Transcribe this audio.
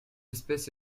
espèce